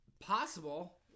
possible